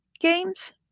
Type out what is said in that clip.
games